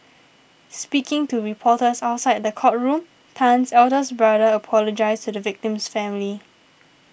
speaking to reporters outside the courtroom Tan's eldest brother apologised to the victim's family